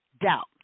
doubt